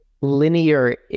linear